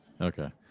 Okay